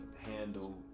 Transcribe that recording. Handle